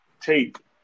take